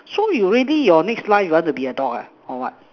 so you ready your next life you want to be dog ah or what